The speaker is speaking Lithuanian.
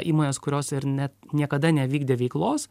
įmonės kurios ir net niekada nevykdė veiklos